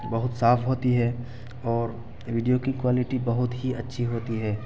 بہت صاف ہوتی ہے اور ویڈیو کی کوالٹی بہت ہی اچھی ہوتی ہے